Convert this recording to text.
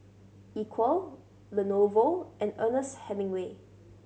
Equal Lenovo and Ernest Hemingway